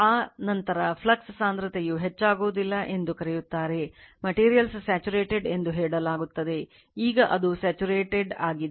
ಆ ನಂತರ ಫ್ಲಕ್ಸ್ ಸಾಂದ್ರತೆಯು ಹೆಚ್ಚಾಗುವುದಿಲ್ಲ ಎಂದು ಕರೆಯುತ್ತಾರೆ materials saturated ಎಂದು ಹೇಳಲಾಗುತ್ತದೆ ಈಗ ಅದು satuarted ಆಗಿದೆ